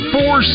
Four